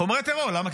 חומרי טרור, למה?